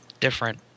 different